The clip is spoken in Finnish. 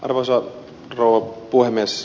arvoisa rouva puhemies